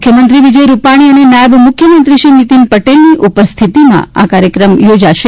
મુખ્યમંત્રી વિજય રૂપાણી અને નાયબ મુખ્યમંત્રીશ્રી નીતિન પટેલની ઉપસ્થિતિમાં આ કાર્યક્રમ યોજાશે